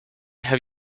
have